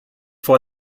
vor